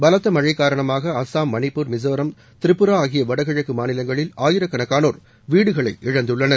பலத்த மழழ காரணமாக அஸ்ஸாம் மணிப்பூர் மிசோராம் திரிபுரா ஆகிய வடகிழக்கு மாநிலங்களில் ஆயிரக்கணக்காணோர் வீடுகளை இழந்துள்ளனர்